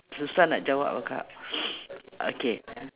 susah nak jawab lah okay